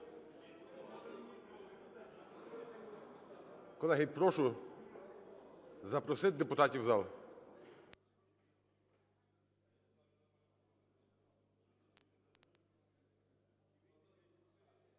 Колеги, прошу запросити депутатів в зал. Є